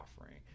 offering